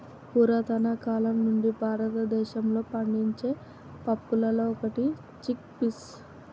పురతన కాలం నుండి భారతదేశంలో పండించే పప్పులలో ఒకటి చిక్ పీస్